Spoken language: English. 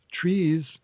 trees